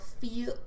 feel